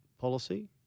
policy